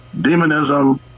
demonism